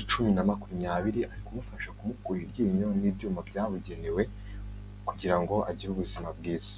icumi na makumyabiri. Ari kumufasha kumukura iryinyo n'ibyuma byabugenewe, kugira ngo agire ubuzima bwiza.